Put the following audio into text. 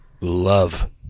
love